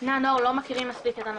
בני הנוער לא מכירים מספיק את הנושא,